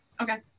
Okay